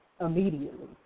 immediately